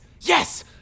yes